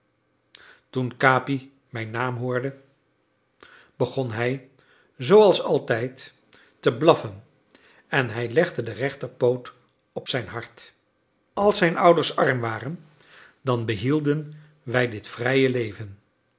toen capi mijn naam hoorde begon hij zooals altijd te blaffen en hij legde den rechterpoot op zijn hart als zijn ouders arm waren dan behielden wij dit vrije leven